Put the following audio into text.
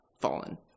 fallen